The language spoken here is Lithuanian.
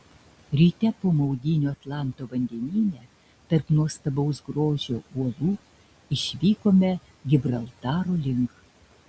ryte po maudynių atlanto vandenyne tarp nuostabaus grožio uolų išvykome gibraltaro link